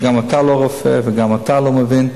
כי גם אתה לא רופא וגם אתה לא מבין.